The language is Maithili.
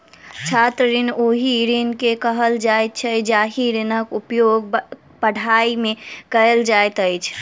छात्र ऋण ओहि ऋण के कहल जाइत छै जाहि ऋणक उपयोग पढ़ाइ मे कयल जाइत अछि